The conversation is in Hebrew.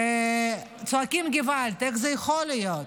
צועקים געוואלד, איך זה יכול להיות,